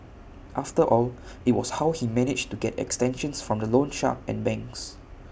after all IT was how he managed to get extensions from the loan shark and banks